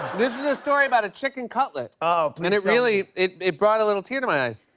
this is a story about a chicken cutlet. oh, and it really it it brought a little tear to my eyes.